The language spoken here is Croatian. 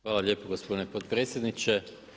Hvala lijepo gospodine potpredsjedniče.